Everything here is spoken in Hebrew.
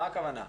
למה הכוונה?